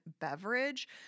beverage